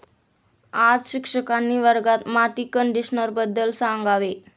आज शिक्षकांनी वर्गात माती कंडिशनरबद्दल सांगावे